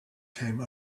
came